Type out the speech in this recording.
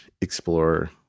explore